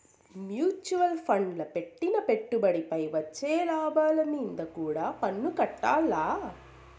mutual ఫండ్ల పెట్టిన పెట్టుబడిపై వచ్చే లాభాలు మీంద కూడా పన్నుకట్టాల్ల